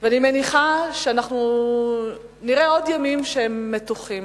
ואני מניחה שאנחנו נראה עוד ימים מתוחים,